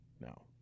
No